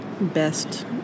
best